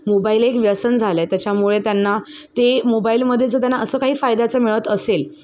mobile एक व्यसन झालंय त्याच्यामुळे त्यांना ते मोबाईलमध्ये जर त्यांना असं काही फायद्याचं मिळत असेल